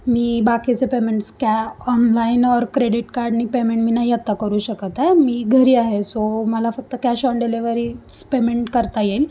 मी बाकीचे पेमेंट्स कॅ online or credit कार्डने पेमेंट मी नाही आत्ता करू शकत आहे मी घरी आहे सो मला फक्त कॅश ऑन डिलेव्हरीच पेमेंट करता येईल